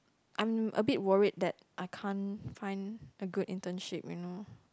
I'm a bit worried that I can't find a good internship you know